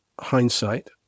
hindsight